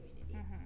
community